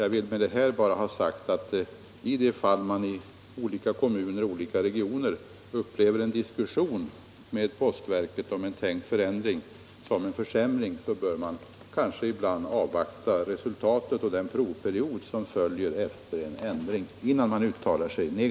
Jag vill med detta ha sagt att i de fall man i olika kommuner och regioner upplever en diskussion med postverket om en tänkt förändring såsom en försämring bör man kanske ibland innan man uttalar sig negativt avvakta resultatet av den provperiod som följer efter en ändring.